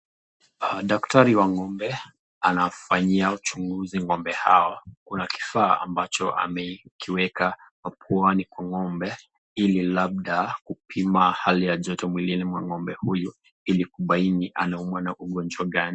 Daktari wa ng'ombe anafanyia uchunguzi ng'ombe hawa. Kuna kifaa ambacho amekiweka mapuani kwa ng'ombe, ili labda kupima hali ya joto mwilini mwa ng'ombe huyu, ili kubaini anaumwa na ugonjwa gani.